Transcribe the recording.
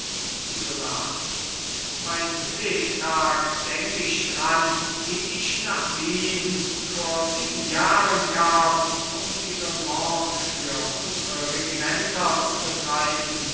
isolani mein lebtag denk ich dran wie ich nach wien vor sieben jahren kam um die remonte für unsre regimenter zu betreiben